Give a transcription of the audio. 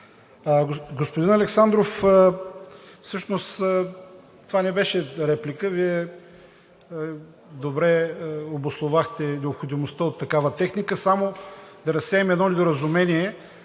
Господин Александров, всъщност това не беше реплика. Вие добре обосновахте необходимостта от такава техника. Само да разсеем едно недоразумение.